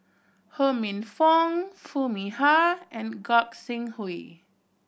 Ho Minfong Foo Mee Har and Gog Sing Hooi